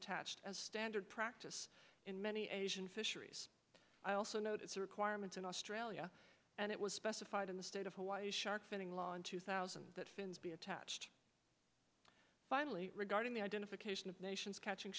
attached as standard practice in many asian fisheries i also note it's a requirement in australia and it was specified in the state of hawaii shark finning law in two thousand that finn's be attached finally regarding the identification of nations catching